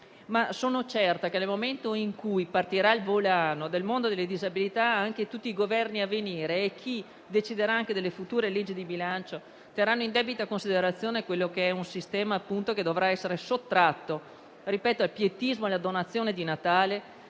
però certa che, nel momento in cui partirà il volano del mondo delle disabilità, tutti i Governi a venire e chi deciderà delle future legge di bilancio terranno in debita considerazione un sistema che dovrà essere sottratto al pietismo e alla donazione di Natale,